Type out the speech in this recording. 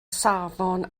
safon